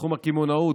בתחום הקמעונאות,